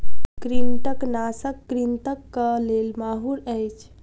कृंतकनाशक कृंतकक लेल माहुर अछि